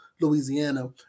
Louisiana